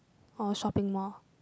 or shopping mall